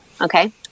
okay